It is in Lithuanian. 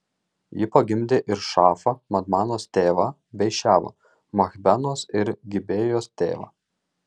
ji pagimdė ir šaafą madmanos tėvą bei ševą machbenos ir gibėjos tėvą